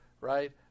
Right